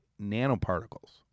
nanoparticles